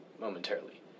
momentarily